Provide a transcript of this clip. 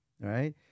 right